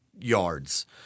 yards